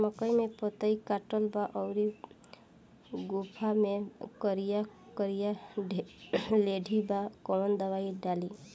मकई में पतयी कटल बा अउरी गोफवा मैं करिया करिया लेढ़ी बा कवन दवाई डाली?